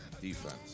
Defense